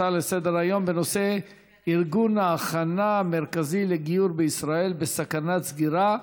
הצעה לסדר-היום בנושא: ארגון ההכנה המרכזי לגיור בישראל בסכנת סגירה,